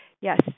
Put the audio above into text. yes